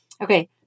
Okay